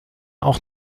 auch